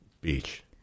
Beach